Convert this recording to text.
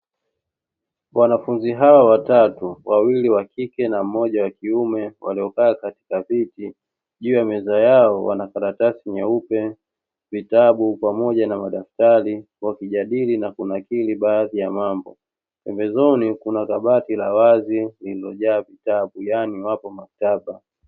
Wanafunzi hawa watatu, wawili wa kike na mmoja wa kiume, waliokaa katika viti, juu ya meza yao wana: karatasi nyeupe, vitabu pamoja na madaftari, wakijadili na kunakili baadhi ya mambo. Pembezoni kuna kabati la wazi lililojaa vitabu yaani wapo maktaba.